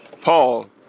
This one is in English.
Paul